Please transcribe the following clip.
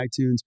iTunes